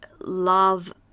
love